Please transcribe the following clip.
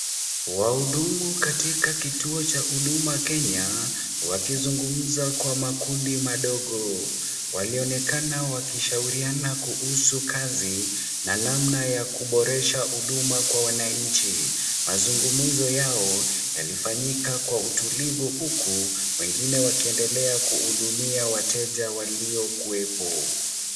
Wahudumu katika kituo cha huduma Kenya, wakizungumza kwa makundi madogo. Walionekana wakishauriana kuhusu kazi na namna ya kuboresha huduma kwa wananchi. Mazungumzo yao yalifanyika kwa utulivu huku wengine wakiendelea kuhudumia wateja waliokuwepo.